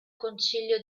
concilio